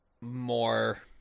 more